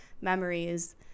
memories